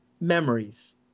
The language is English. memories